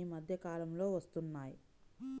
ఈ మధ్య కాలంలో వస్తున్నాయి